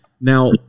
now